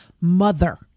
mother